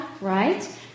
right